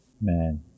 Man